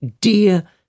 dear